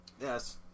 Yes